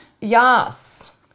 yes